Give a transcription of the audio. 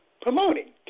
promoting